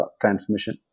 transmission